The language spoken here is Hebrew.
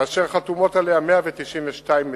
וחתומות עליה 192 מדינות.